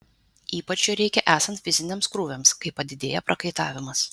ypač jo reikia esant fiziniams krūviams kai padidėja prakaitavimas